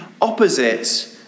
opposites